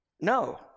No